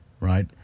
right